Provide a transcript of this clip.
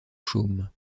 chaume